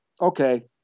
okay